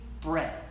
bread